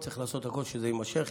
וצריך לעשות הכול כדי שזה יימשך.